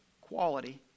quality